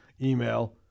email